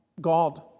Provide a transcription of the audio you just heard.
God